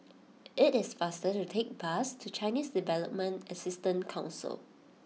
it is faster to take the bus to Chinese Development Assistance Council